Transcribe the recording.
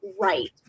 right